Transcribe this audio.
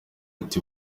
ati